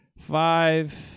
five